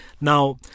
Now